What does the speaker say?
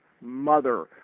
mother